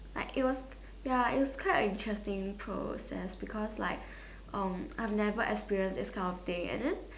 like it was ya it was quite a interesting process and it's because like um I've never experience this kind of thing and then